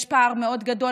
יש פער מאוד גדול.